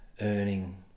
earning